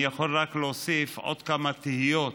אני יכול רק להוסיף עוד כמה תהיות